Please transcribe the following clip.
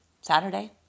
Saturday